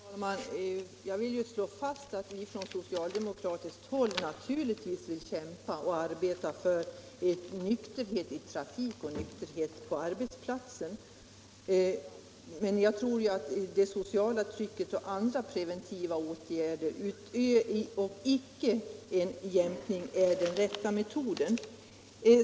Herr talman! Jag vill slå fast att vi från socialdemokratisk sida naturligtvis kämpar för nykterhet i trafik och på arbetsplats. Men vi tror att det sociala trycket och preventiva åtgärder och icke en jämkning av medvållande är den rätta metoden.